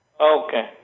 Okay